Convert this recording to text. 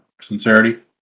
sincerity